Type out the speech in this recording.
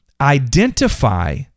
identify